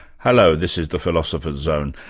hello, this is the philosopher's zone,